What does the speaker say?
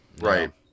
Right